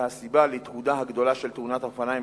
והסיבה לתהודה הגדולה של תאונת האופניים